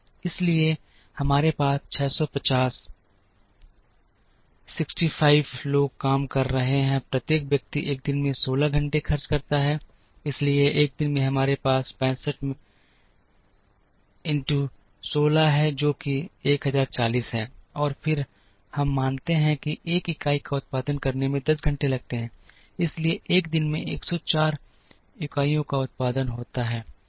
इसलिए हमारे पास 650 65 लोग काम कर रहे हैं प्रत्येक व्यक्ति एक दिन में 16 घंटे खर्च करता है इसलिए एक दिन में हमारे पास 65 में 16 है जो कि 1040 है और फिर हम मानते हैं कि एक इकाई का उत्पादन करने में 10 घंटे लगते हैं इसलिए एक दिन में 104 इकाइयों का उत्पादन होता है